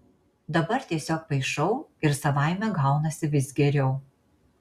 dabar tiesiog paišau ir savaime gaunasi vis geriau